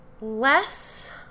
Less